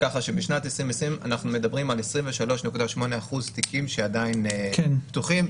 כך שבשנת 2020 אנחנו מדברים על 23.8% תיקים שעדיין פתוחים,